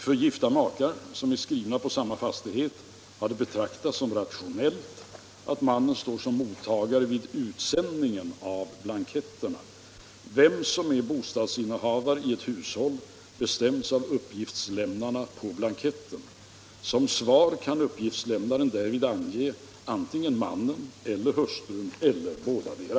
För gifta makar som är skrivna på samma fastighet har det betraktats som rationellt att mannen står som mottagare vid utsändningen av blanketterna. Vem som är bostadsinnehavare i ett hushåll bestäms av uppgiftslämnarna på blanketten. Som svar kan uppgiftslämnaren därvid ange antingen mannen eller hustrun eller bådadera.